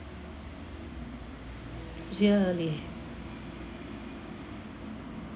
really